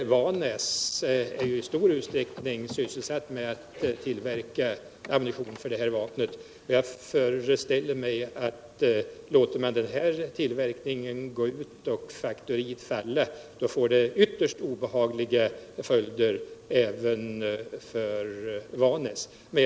I Vannäs är man ju i stor utsträckning sysselsatt med att tillverka ammunition för detta vapen. Jag föreställer mig att det skulle få ytterst obehagliga följder även för Vannäs om man lät den här tillverkningen upphöra och faktoriet falla.